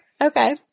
Okay